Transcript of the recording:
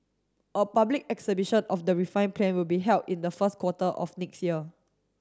a public exhibition of the refined plan will be held in the first quarter of next year